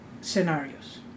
scenarios